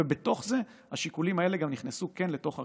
ובתוך זה השיקולים האלה גם נכנסו אל תוך הרפורמה.